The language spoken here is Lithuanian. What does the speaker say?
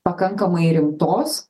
pakankamai rimtos